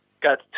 Got